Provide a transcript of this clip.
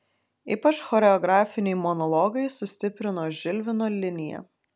ypač choreografiniai monologai sustiprino žilvino liniją